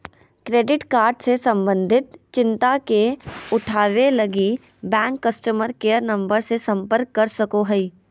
credit card से संबंधित चिंता के उठावैय लगी, बैंक कस्टमर केयर नम्बर से संपर्क कर सको हइ